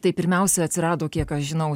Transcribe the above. tai pirmiausia atsirado kiek aš žinau